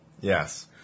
yes